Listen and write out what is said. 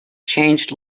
changed